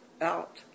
out